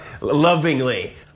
lovingly